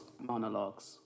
Monologues